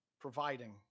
providing